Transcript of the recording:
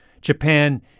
Japan